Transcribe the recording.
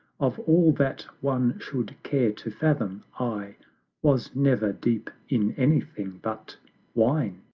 of all that one should care to fathom, i was never deep in anything but wine.